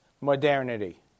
modernity